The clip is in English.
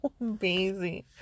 amazing